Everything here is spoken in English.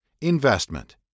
Investment